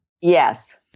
Yes